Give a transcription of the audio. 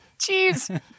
jeez